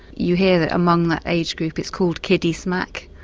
you hear that among that age group it's called kiddy smack,